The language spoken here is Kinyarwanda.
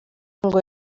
ngo